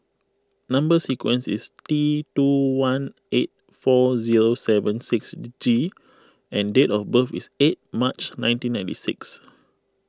Number Sequence is T two one eight four zero seven six G and date of birth is eight March nineteen ninety six